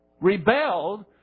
rebelled